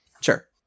Sure